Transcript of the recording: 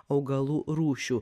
augalų rūšių